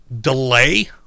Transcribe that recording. delay